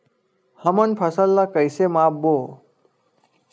हमन फसल ला कइसे माप बो?